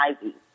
Ivy